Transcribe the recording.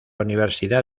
universidad